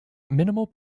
minimal